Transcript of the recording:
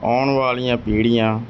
ਆਉਣ ਵਾਲੀਆਂ ਪੀੜ੍ਹੀਆਂ